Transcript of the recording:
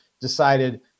decided